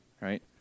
right